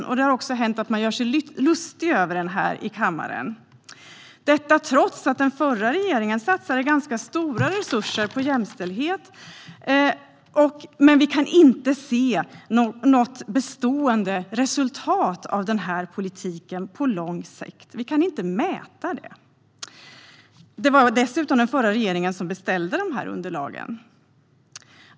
Det har också hänt att man har gjort sig lustig över den här i kammaren, detta trots att den förra regeringen satsade ganska stora resurser på jämställdhet. Men vi kan inte se något bestående resultat av den här politiken på lång sikt. Vi kan inte mäta det. Det var dessutom den förra regeringen som beställde dessa underlag.